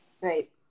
Right